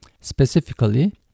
Specifically